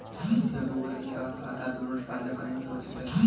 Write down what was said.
क्या गूगल के साथ खाता विवरण साझा करना सुरक्षित है?